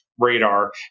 radar